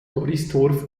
troisdorf